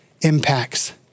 impacts